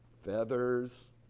feathers